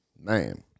Man